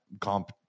comp